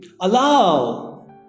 allow